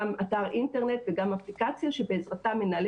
גם אתר אינטרנט וגם אפליקציה שבעזרתה מנהלי